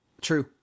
True